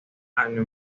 anne